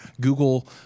Google